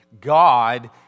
God